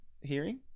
Hearing